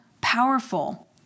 powerful